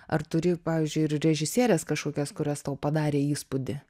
ar turi pavyzdžiui ir režisieres kažkokias kurios tau padarė įspūdį